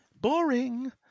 boring